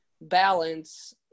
balance